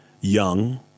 young